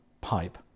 pipe